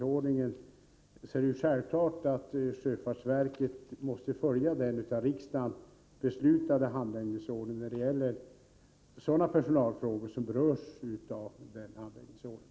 Sedan är det självklart att sjöfartsverket måste följa den av riksdagen beslutade handläggningsordningen när det gäller personalfrågor som berörs av denna handläggningsordning.